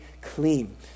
clean